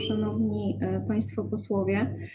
Szanowni Państwo Posłowie!